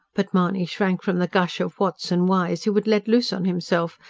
but mahony shrank from the gush of whats and whys he would let loose on himself,